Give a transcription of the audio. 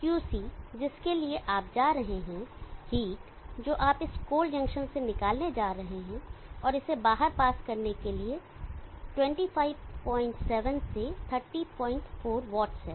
तो QC जिसके लिए आप जा रहे हैं हीट जो आप इस कोल्ड जंक्शन से निकालने जा रहे हैं और इसे बाहर पास करने के लिए 257 से 304 वॉट्स है